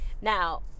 Now